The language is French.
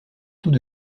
tout